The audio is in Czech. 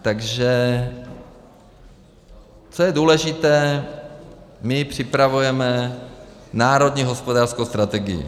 Takže co je důležité, my připravujeme národní hospodářskou strategii.